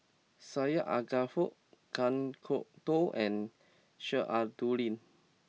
Syed Alsagoff Kan Kwok Toh and Sheik Alau'ddin